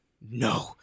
No